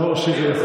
נאור שירי,